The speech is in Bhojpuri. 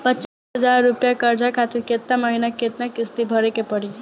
पचास हज़ार रुपया कर्जा खातिर केतना महीना केतना किश्ती भरे के पड़ी?